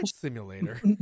simulator